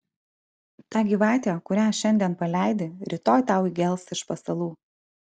ta gyvatė kurią šiandien paleidi rytoj tau įgels iš pasalų